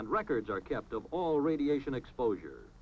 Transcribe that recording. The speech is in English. and records are kept of all radiation exposure